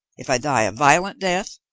if i die a violent death,